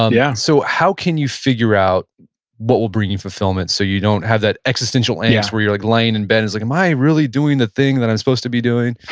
ah yeah so how can you figure out what will bring you fulfillment so you don't have that existential annex where you're like laying in bed. it's like, am i really doing the thing that i'm supposed to be doing?